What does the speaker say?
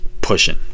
pushing